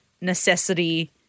necessity